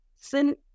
sin